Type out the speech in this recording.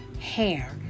hair